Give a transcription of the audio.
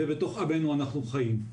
ובתוך עמנו אנחנו חיים.